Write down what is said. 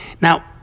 Now